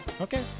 Okay